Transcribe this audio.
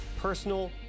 personal